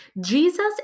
Jesus